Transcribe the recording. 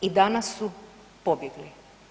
I danas su pobjegli.